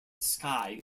sky